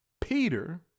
Peter